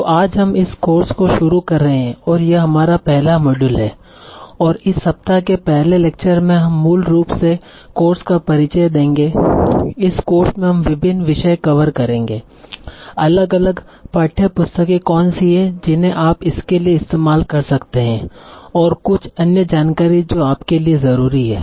तो आज हम इस कोर्स को शुरू कर रहे हैं और यह हमारा पहला मॉड्यूल है और इस सप्ताह के पहले लेक्चर में हम मूल रूप से कोर्स का परिचय देंगे इस कोर्स में हम विभिन्न विषय कवर करेंगे अलग अलग पाठ्य पुस्तकें कौन सी हैं जिन्हें आप इसके लिए इस्तेमाल कर सकते हैं और कुछ अन्य जानकारी जो आपके लिए जरूरी हे